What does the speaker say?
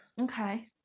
Okay